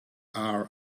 are